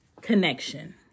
connection